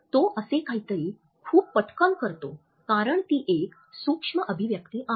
तो असे काहीतरी खूप पटकन करतो कारण ती एक सूक्ष्म अभिव्यक्ती आहे